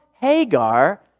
Hagar